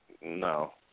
no